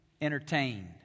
entertained